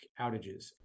outages